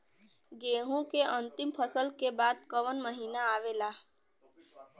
गेहूँ के अंतिम फसल के बाद कवन महीना आवेला?